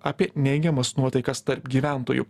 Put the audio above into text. apie neigiamas nuotaikas tarp gyventojų